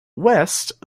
west